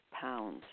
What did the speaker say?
pounds